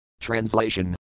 Translation